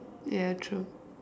ya true